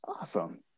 awesome